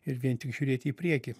ir vien tik žiūrėti į priekį